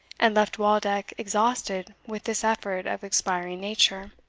and left waldeck exhausted with this effort of expiring nature.